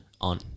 On